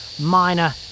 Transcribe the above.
minor